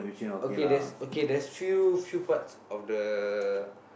okay there's okay there's few few parts of the